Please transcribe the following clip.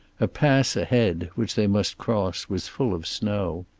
a pass ahead, which they must cross, was full of snow.